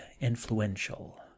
influential